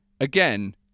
again